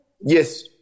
Yes